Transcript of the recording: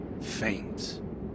faint